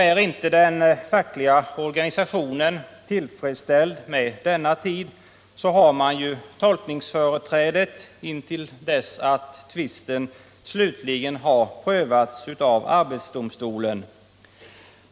Är inte den fackliga organisationen tillfredsställd med denna tid, har man ju tolkningsföreträde intill dess att tvisten slutligen har prövats av arbetsdomstolen.